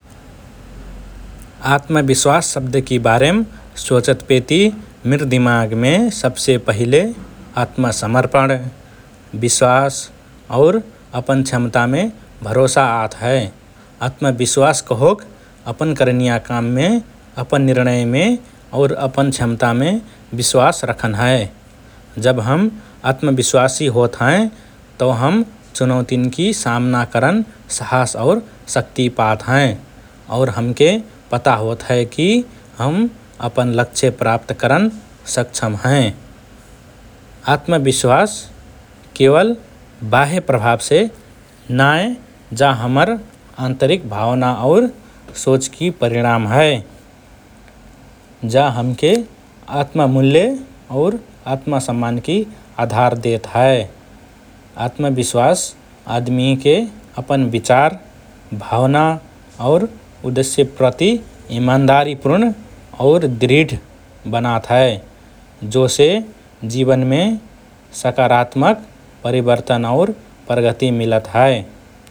“आत्मविश्वास” शब्दकि बारेम सोचतपेति मिर दिमागमे सबसे पहिले आत्मसमर्पण, विश्वास और अपन क्षमतामे भरोसा आत हए । आत्मविश्वास कहोक अपन करनिया काममे, अपन निर्णयमे और अपन क्षमतामे विश्वास रखन हए । जब हम आत्मविश्वासी होत हएँ तओ हम चुनोतीन्कि सामना करन साहस और शक्ति पात हएँ और हमके पता होत हए कि हम अपन लक्ष्य प्राप्त करन सक्षम हएँ । आत्मविश्वास केवल बाह्य प्रभावसे नाए जा हमर आन्तरिक भावना और सोचकि परिणाम हए । जा हमके आत्ममूल्य और आत्मसम्मानकि आधार देत हए । आत्मविश्वास आदमिके अपन विचार, भावना और उद्देश्यप्रति इमानदारीपूर्ण और दृढ बनात हए, जोसे जीवनमे सकारात्मक परिवर्तन और प्रगति मिलत हए ।